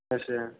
अच्छा